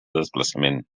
desplaçament